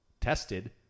tested